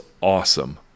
awesome